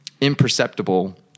imperceptible